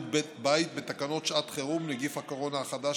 בית בתקנות שעת חירום (נגיף הקורונה החדש,